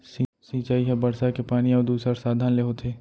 सिंचई ह बरसा के पानी अउ दूसर साधन ले होथे